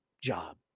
job